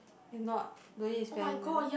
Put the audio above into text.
if not don't need spend the